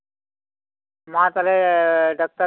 ᱢᱟ ᱛᱟᱦᱞᱮ ᱰᱟᱠᱛᱟᱨ